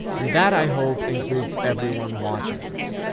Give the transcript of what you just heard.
and that i hope includes everyone watching this.